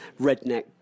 redneck